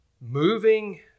moving